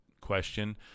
question